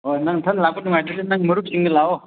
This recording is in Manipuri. ꯑꯣ ꯅꯪ ꯅꯊꯟꯇ ꯂꯥꯛꯄ ꯅꯨꯡꯉꯥꯏꯇ꯭ꯔꯗꯤ ꯅꯪꯒꯤ ꯃꯔꯨꯞꯁꯤꯡꯒ ꯂꯥꯛꯑꯣ